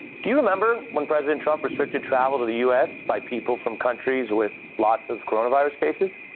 do you remember when president trump restricted travel to the u s. by people from countries with lots of coronavirus cases?